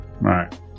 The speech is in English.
right